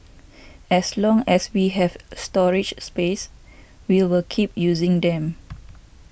as long as we have storage space we will keep using them